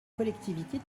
collectivités